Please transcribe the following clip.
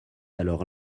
alors